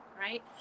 right